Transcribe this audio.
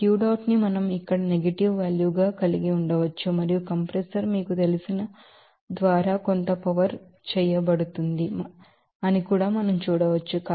ఈ Q dot ని మనం ఇక్కడ నెగిటివ్ వాల్యూగా కలిగి ఉండవచ్చు మరియు కంప్రెసర్ మీకు తెలిసిన దీని ద్వారా కొంత పవర్ చేయబడుతుందని కూడా మనం చూడవచ్చు